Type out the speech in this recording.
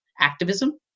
activism